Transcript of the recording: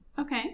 Okay